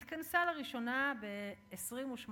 התכנסה לראשונה ב-28 ביוני,